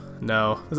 no